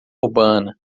urbana